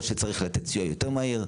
או שצריך לתת סיוע יותר מהיר.